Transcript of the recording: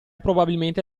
probabilmente